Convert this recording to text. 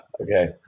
Okay